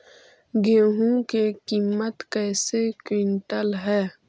गेहू के किमत कैसे क्विंटल है?